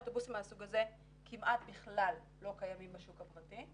אוטובוסים מהסוג הזה כמעט בכלל לא קיימים בשוק הפרטי.